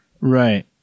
right